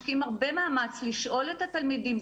משקיעים הרבה מאמץ לשאול את התלמידים.